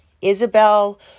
Isabel